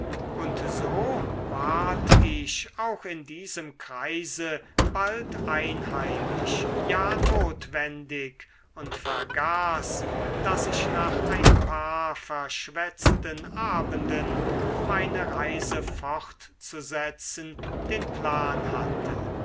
und so ward ich auch in diesem kreise bald einheimisch ja notwendig und vergaß daß ich nach ein paar verschwätzten abenden meine reise fortzusetzen den plan hatte